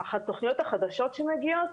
אך התוכניות החדשות שמגיעות,